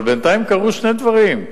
אבל בינתיים קרו שני דברים: